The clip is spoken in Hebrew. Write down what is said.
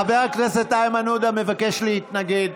חבר הכנסת איימן עודה מבקש להתנגד.